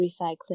recycling